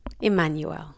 Emmanuel